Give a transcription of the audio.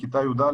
בכיתה י"א,